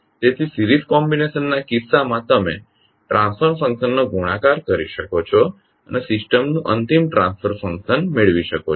તેથી series combinations ના કિસ્સામાં તમે ટ્રાન્સફર ફંકશનનો ગુણાકાર કરી શકો છો અને સિસ્ટમનું અંતિમ ટ્રાન્સફર ફંકશન મેળવી શકો છો